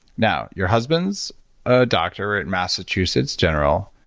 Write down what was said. now your husband's a doctor at massachusetts general,